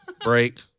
Break